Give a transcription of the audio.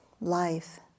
life